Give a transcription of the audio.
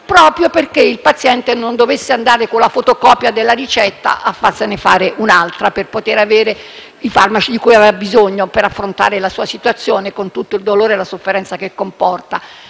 proprio perché il paziente non dovesse andare con la fotocopia della ricetta a farsene fare un'altra per poter avere i farmaci di cui aveva bisogno per affrontare la sua situazione, con tutto il dolore e la sofferenza che comporta.